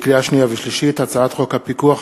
לקריאה שנייה ולקריאה שלישית: הצעת חוק הפיקוח על